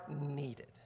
needed